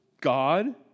God